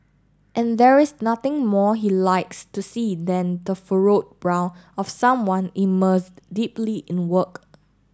and there is nothing more he likes to see than the furrowed brow of someone immersed deeply in work